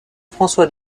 françois